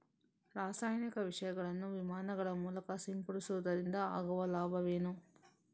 ರಾಸಾಯನಿಕ ವಿಷಗಳನ್ನು ವಿಮಾನಗಳ ಮೂಲಕ ಸಿಂಪಡಿಸುವುದರಿಂದ ಆಗುವ ಲಾಭವೇನು?